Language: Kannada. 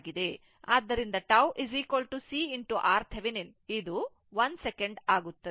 ಆದ್ದರಿಂದ tau CRThevenin ಇದು 1 second ಆಗುತ್ತದೆ